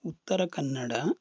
Uttara Kannada